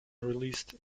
released